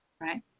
Right